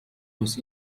was